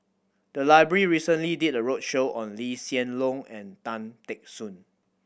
the library recently did a roadshow on Lee Hsien Loong and Tan Teck Soon